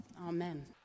Amen